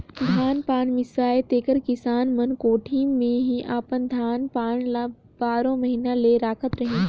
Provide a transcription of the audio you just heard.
धान पान मिसाए तेकर किसान मन कोठी मे ही अपन धान पान ल बारो महिना ले राखत रहिन